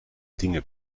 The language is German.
dinge